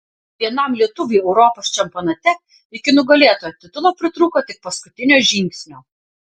vienam lietuviui europos čempionate iki nugalėtojo titulo pritrūko tik paskutinio žingsnio